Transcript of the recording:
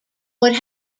would